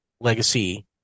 Legacy